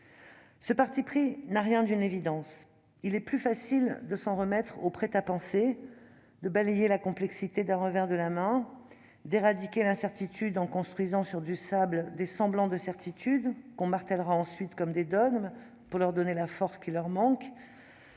Ce parti pris n'a rien d'une évidence : il est plus facile de s'en remettre au prêt-à-penser, de balayer la complexité d'un revers de la main, d'éradiquer l'incertitude en construisant sur du sable des semblants de certitudes, que l'on martèlera comme des dogmes pour leur donner la force qui leur manque,